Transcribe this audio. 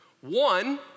One